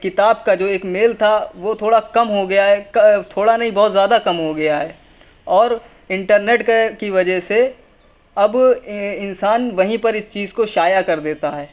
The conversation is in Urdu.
کتاب کا جو ایک میل تھا وہ تھوڑا کم ہو گیا ہے تھوڑا نہیں بہت زیادہ کم ہو گیا ہے اور انٹرنیٹ کے کی وجہ سے اب انسان وہیں پر اس چیز کو شائع کر دیتا ہے